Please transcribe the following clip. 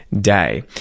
day